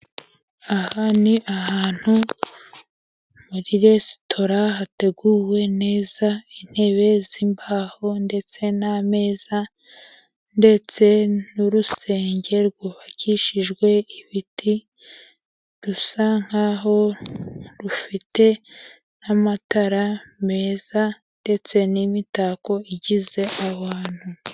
Aha n'ahantu muri resitora hateguwe neza intebe z'imbaho ndetse n'ameza, ndetse n'urusenge rwubakishijwe ibiti rusa nkaho rufite n'amatara meza ndetse n'imitako igize abantu.